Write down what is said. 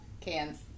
cans